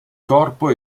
corpo